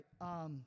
right